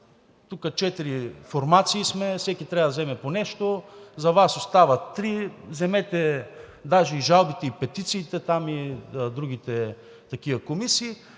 сме четири формации, всеки трябва да вземе по нещо. За Вас остават три. Вземете даже Жалбите и петициите и другите такива комисии,